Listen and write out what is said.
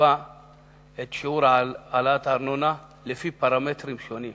שיקבע את שיעור העלאת הארנונה לפי פרמטרים שונים,